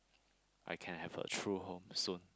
I can have a true home soon